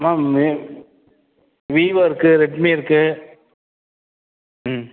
ma'am எங்கே Vivo இருக்கு Redmi இருக்கு ம்